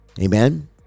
Amen